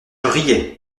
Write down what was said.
riais